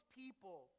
people